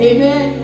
Amen